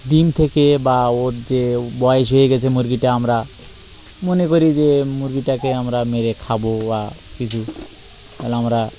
ডিম থেকে বা ওর যে বয়স হয়ে গেছে মুরগিটা আমরা মনে করি যে মুরগিটাকে আমরা মেরে খাবো বা কিছু তাহলে আমরা